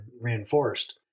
reinforced